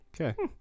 Okay